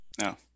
No